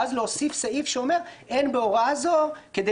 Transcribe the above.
ואז להוסיף סעיף שאומר: אין בהוראה זו כדי